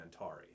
Antari